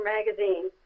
Magazine